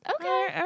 Okay